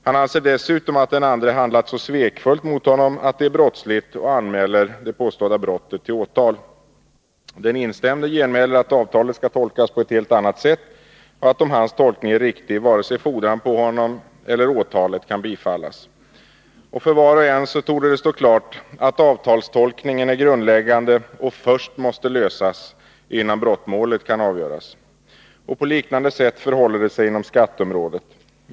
Han anser dessutom att den andre har handlat så svekfullt mot honom att det är brottsligt och anmäler det påstådda brottet till åtal. Den instämde genmäler att avtalet skall tolkas på ett helt annat sätt och att, om hans tolkning är riktig, inte vare sig fordran på honom eller åtalet kan bifallas. För var och en torde det stå klart att frågan om avtalstolkningen är grundläggande och först måste lösas innan brottmålet kan avgöras. På liknande sätt förhåller det sig inom skatteområdet.